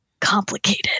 complicated